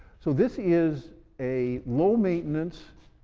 so this is a low maintenance,